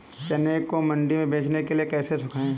चने को मंडी में बेचने के लिए कैसे सुखाएँ?